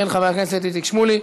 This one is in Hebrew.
של חבר הכנסת איציק שמולי.